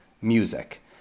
music